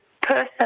person